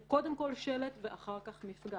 הוא קודם כל שלט, אחר כך מפגע.